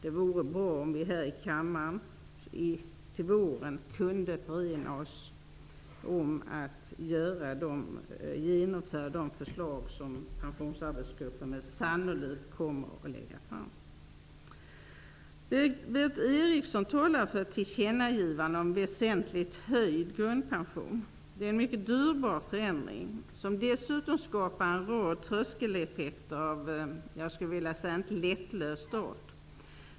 Det vore bra om vi här i kammaren till våren kunde enas om att genomföra de förslag som Pensionsarbetsgruppen sannolikt kommer att lägga fram. Berith Eriksson talar för ett tillkännagivande om en väsentligt höjd grundpension. Men det är en mycket dyrbar förändring, som dessutom skapar en rad tröskeleffekter av, skulle jag vilja säga, inte lättlöst art.